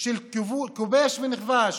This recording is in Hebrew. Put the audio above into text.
של כובש ונכבש,